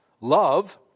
Love